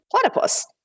platypus